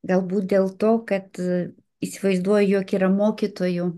galbūt dėl to kad įsivaizduoju jog yra mokytojų